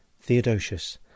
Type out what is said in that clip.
Theodosius